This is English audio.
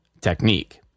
technique